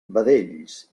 vedells